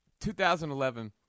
2011